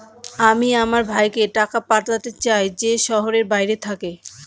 আমি আমার ভাইকে টাকা পাঠাতে চাই যে শহরের বাইরে থাকে